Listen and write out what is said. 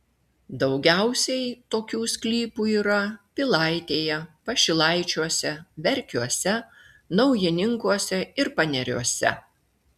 daugiausiai tokių sklypų yra pilaitėje pašilaičiuose verkiuose naujininkuose ir paneriuose